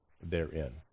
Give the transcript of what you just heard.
therein